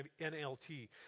NLT